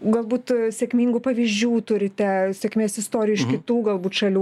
galbūt sėkmingų pavyzdžių turite sėkmės istorijų iš kitų galbūt šalių